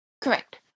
correct